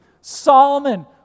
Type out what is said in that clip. Solomon